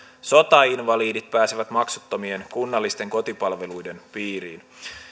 sotainvalidit pääsevät maksuttomien kunnallisten kotipalveluiden piiriin